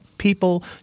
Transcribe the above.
People